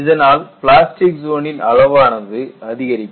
இதனால் plastic zone னின் அளவானது அதிகரிக்கும்